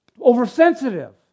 oversensitive